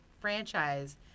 franchise